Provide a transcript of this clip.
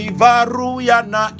Ivaruyana